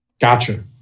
Gotcha